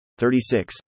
36